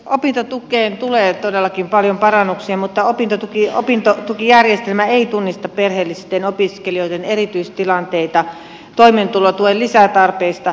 opintotukeen tulee todellakin paljon parannuksia mutta opintotukijärjestelmä ei tunnista perheellisten opiskelijoiden erityistilanteita toimeentulotuen lisätarpeista